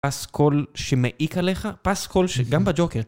פס קול שמעיק עליך, פס קול שגם בג'וקר